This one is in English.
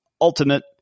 Ultimate